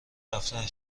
رفته